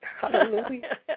Hallelujah